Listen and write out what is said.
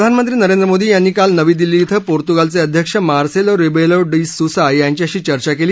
प्रधानमंत्री नरेंद्र मोदी यांनी काल नवी दिल्ली इथं पोर्त्गालचे अध्यक्ष मार्सेलो रिबेलो डी स्सा यांच्याशी चर्चा केली